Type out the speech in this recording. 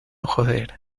joder